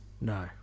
no